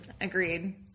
Agreed